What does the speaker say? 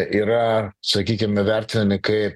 yra sakykim vertinami kai